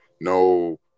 no